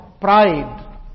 pride